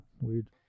Weird